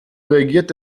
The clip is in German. reagiert